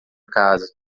casa